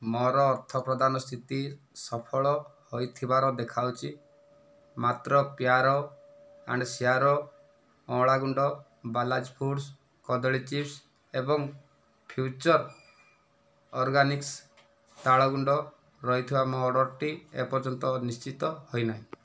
ମୋ'ର ଅର୍ଥପ୍ରଦାନ ସ୍ଥିତି ସଫଳ ହୋଇଥିବାର ଦେଖାଉଛି ମାତ୍ର ପ୍ୟୋର ଆଣ୍ଡ ଶ୍ୟୋର୍ ଅଁଳା ଗୁଣ୍ଡ ବାଲାଜି ଫୁଡ୍ସ କଦଳୀ ଚିପ୍ସ ଏବଂ ଫ୍ୟୁଚର ଅର୍ଗାନିକ୍ସ ତାଳ ଗୁଣ୍ଡ ରହିଥିବା ମୋ' ଅର୍ଡ଼ର୍ଟି ଏପର୍ଯ୍ୟନ୍ତ ନିଶ୍ଚିତ ହୋଇନାହିଁ